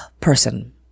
person